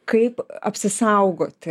kaip apsisaugoti